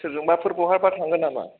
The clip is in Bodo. सोरजोंबाफोर बहाबा थांगोन नामा